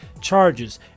charges